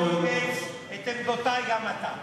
ליברמן אימץ את עמדותי, גם אתה.